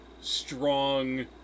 strong